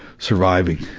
surviving,